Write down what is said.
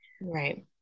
Right